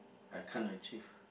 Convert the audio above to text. I can't achieve